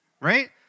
right